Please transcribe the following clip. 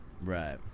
Right